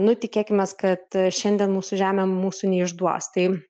nu tikėkimės kad šiandien mūsų žemė mūsų neišduos tai